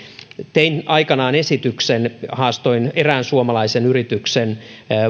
tein aikanaan esityksen haastoin erään suomalaisen yrityksen